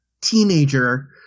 teenager